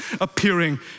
appearing